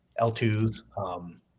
L2s